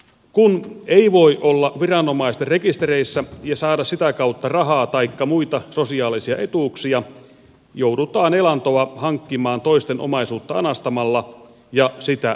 kun ei voi olla viranomaisten rekistereissä ja saada sitä kautta rahaa taikka muita sosiaalisia etuuksia joudutaan elantoa hankkimaan toisten omaisuutta anastamalla ja sitä myymällä